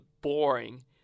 boring